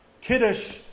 kiddush